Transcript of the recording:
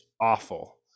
awful